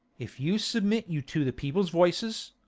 if you submit you to the people's voices,